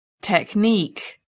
Technique